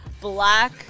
black